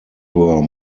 were